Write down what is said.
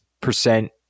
percent